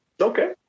Okay